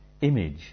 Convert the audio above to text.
image